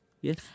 yes